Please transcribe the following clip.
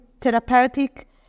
Therapeutic